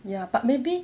ya but maybe